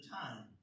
time